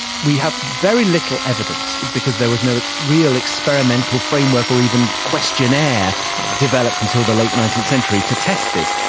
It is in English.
we have very little evidence, because there was no real experimental framework or even questionnaire developed until the late nineteenth century to test this.